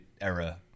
era